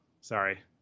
Sorry